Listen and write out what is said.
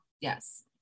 yes